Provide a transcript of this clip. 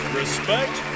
respect